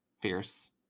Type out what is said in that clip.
fierce